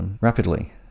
rapidly